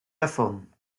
davon